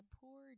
poor